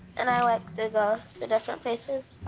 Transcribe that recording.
and i like to go to different places.